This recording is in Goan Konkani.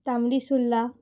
तांबडी सुर्ला